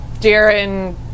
Darren